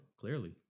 clearly